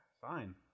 fine